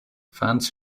fans